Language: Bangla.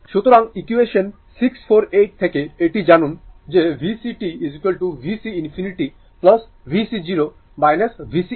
সুতরাং ইকুয়েসান 648 থেকে এটি জানুন যে vc t vc infinity vc 0 vc infinity e t tτ